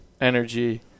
energy